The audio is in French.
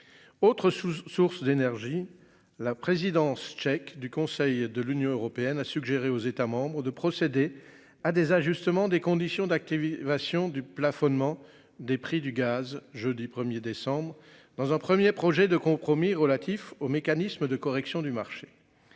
Autre source d'énergie. La présidence tchèque du Conseil de l'Union européenne a suggéré aux États de procéder à des ajustements, des conditions d'actualisation du plafonnement des prix du gaz jeudi 1er décembre dans un 1er projet de compromis relatifs au mécanisme de correction du marché.